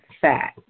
fat